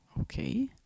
Okay